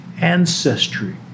ancestry